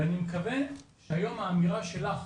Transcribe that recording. ואני מקווה שהיום האמירה שלך,